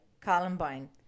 Columbine